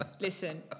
listen